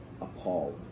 appalled